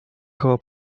koło